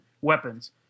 weapons